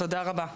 תודה רבה.